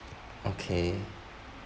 okay